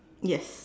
yes